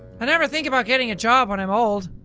i never think about getting a job when i'm old.